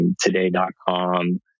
today.com